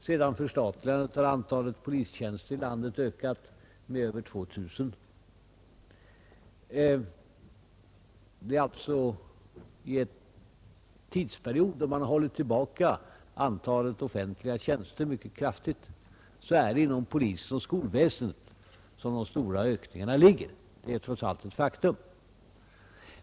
Sedan förstatligandet har antalet polistjänster i landet ökat med över två tusen. I en tidsperiod när man håller tillbaka antalet offentliga tjänster mycket kraftigt är det inom polisoch skolväsendet som de stora ökningarna ligger. Det är trots allt ett faktum.